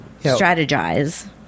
strategize